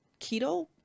keto